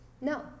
no